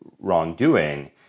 wrongdoing